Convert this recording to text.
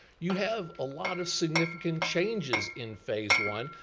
you have a lot of significant changes in phase one,